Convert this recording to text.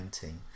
team